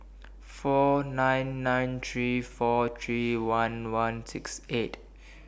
four nine nine three four three one one six eight